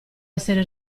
essere